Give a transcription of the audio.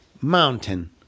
mountain